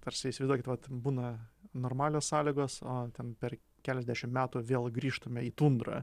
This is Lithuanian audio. tarsi įsivaizduokit vat būna normalios sąlygos o ten per keliasdešim metų vėl grįžtume į tundrą